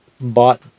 bought